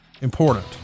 important